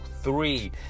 three